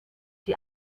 die